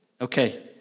Okay